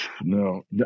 no